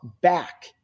back